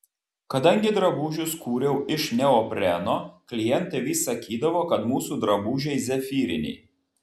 kadangi drabužius kūriau iš neopreno klientai vis sakydavo kad mūsų drabužiai zefyriniai